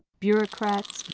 bureaucrats,